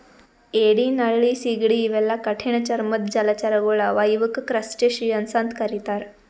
ಏಡಿ ನಳ್ಳಿ ಸೀಗಡಿ ಇವೆಲ್ಲಾ ಕಠಿಣ್ ಚರ್ಮದ್ದ್ ಜಲಚರಗೊಳ್ ಅವಾ ಇವಕ್ಕ್ ಕ್ರಸ್ಟಸಿಯನ್ಸ್ ಅಂತಾ ಕರಿತಾರ್